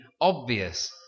obvious